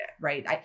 right